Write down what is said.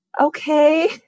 okay